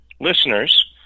listeners